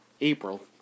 April